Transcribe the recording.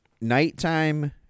Nighttime